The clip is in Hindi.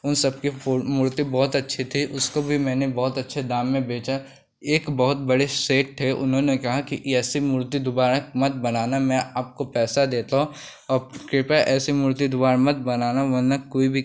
उन सबके फो मूर्ति बहुत अच्छी थी उसको भी मैंने बहुत अच्छे दाम में बेचा एक बहुत बड़े सेठ थे उन्होंने कहा ऐसी मूर्ति दुबारा मत बनाना मैं आपको पैसा देता हूँ और कृपया ऐसी मूर्ति दुबारा मत बनाना वरना कोई भी